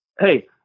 Hey